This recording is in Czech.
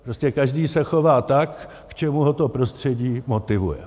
Prostě každý se chová tak, k čemu ho to prostředí motivuje.